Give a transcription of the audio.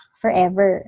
forever